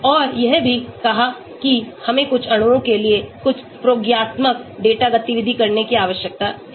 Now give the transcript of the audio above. और यह भी कहा कि हमें कुछ अणुओं के लिए कुछ प्रयोगात्मक डेटा गतिविधि करने की आवश्यकता है